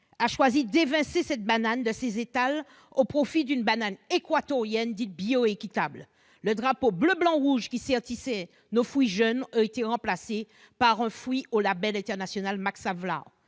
a choisi de l'évincer de ses étals au profit d'une banane équatorienne dite « bioéquitable ». Le drapeau bleu-blanc-rouge qui sertissait nos fruits jaunes a été remplacé par le label international Max Havelaar